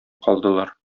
калдылар